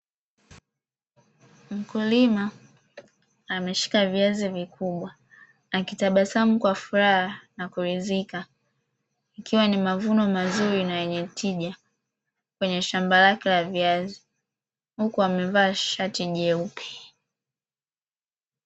Mkulima ameshika viazi vikubwa akitabasamu kwa furaha na kuridhika ikiwa ni mavuno mazuri na yenye tija kwenye shamba lake la viazi, huku amevaa shati jeupe.